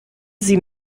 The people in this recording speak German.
sie